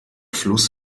fluss